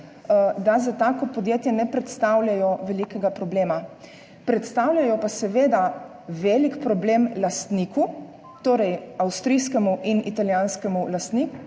za tako podjetje ne predstavljajo velikega problema. Predstavljajo pa seveda velik problem lastniku, torej avstrijskemu in italijanskemu lastniku,